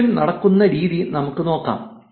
ഡിലീഷിഷൻ നടക്കുന്ന രീതി നമുക്ക് നോക്കാം